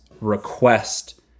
request